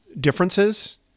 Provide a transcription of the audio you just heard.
differences